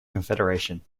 confederation